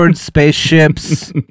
spaceships